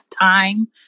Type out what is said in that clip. time